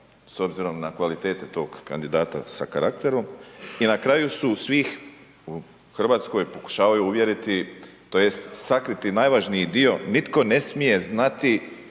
s obzirom na kvalitete tog kandidata sa karakterom i na kraju su svih u Hrvatskoj pokušavaju uvjeriti, tj. sakriti najvažniji dio, nitko ne smije znati